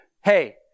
Hey